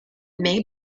may